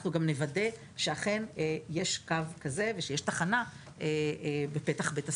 אנחנו גם נוודא שאכן יש קו כזה ושיש תחנה בפתח בית הספר.